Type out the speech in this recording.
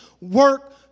work